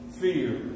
fear